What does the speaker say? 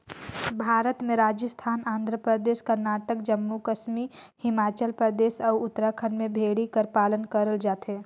भारत में राजिस्थान, आंध्र परदेस, करनाटक, जम्मू कस्मी हिमाचल परदेस, अउ उत्तराखंड में भेड़ी कर पालन करल जाथे